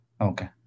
Okay